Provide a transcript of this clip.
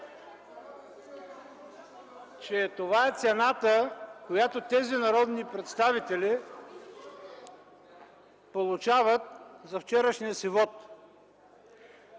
че това е цената, която тези народни представители получават за вчерашния си вот.